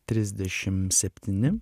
trisdešim septyni